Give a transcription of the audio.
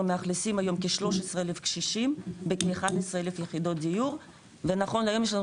מאכלסים כ-13,000 קשישים --- ונכון להיום יש לנו